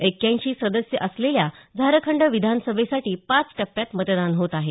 एक्क्याऐंशी सदस्य असलेल्या झारखंड विधान सभेसाठी पाच टप्प्यात मतदान होत आहे